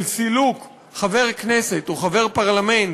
של סילוק חבר כנסת או חבר פרלמנט